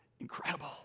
incredible